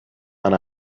and